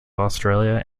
australia